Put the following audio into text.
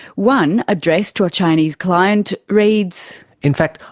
one, addressed to a chinese client, reads in fact,